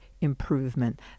improvement